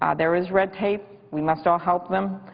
um there is red tape. we must all help them.